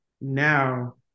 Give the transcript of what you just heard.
now